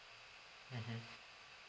mmhmm